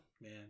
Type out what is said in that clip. man